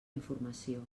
informació